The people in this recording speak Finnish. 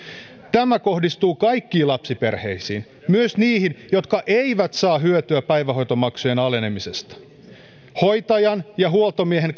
tämä kohdistuu kaikkiin lapsiperheisiin myös niihin jotka eivät saa hyötyä päivähoitomaksujen alenemisesta hoitajan ja huoltomiehen